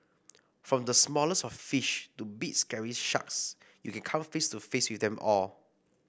from the smallest of fish to big scary sharks you can come face to face with them all